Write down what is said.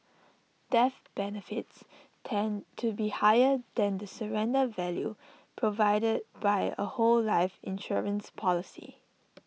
death benefits tend to be higher than the surrender value provided by A whole life insurance policy